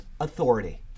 Authority